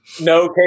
No